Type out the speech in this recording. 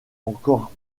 encore